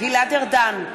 גלעד ארדן,